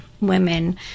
women